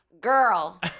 Girl